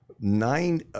Nine